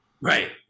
Right